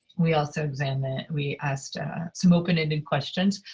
we also examined we asked some open-ended questions,